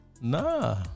Nah